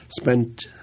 spent